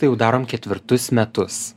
tai jau darom ketvirtus metus